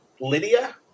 Lydia